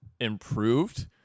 improved